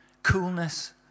coolness